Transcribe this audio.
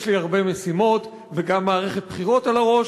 יש לי הרבה משימות, וגם מערכת בחירות על הראש,